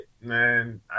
man